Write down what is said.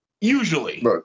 usually